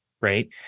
right